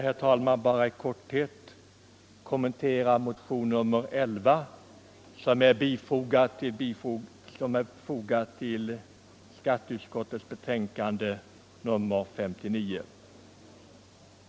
Herr talman! Låt mig i korthet kommentera motion nr 11, som behandlas i skatteutskottets betänkande nr 59.